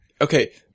Okay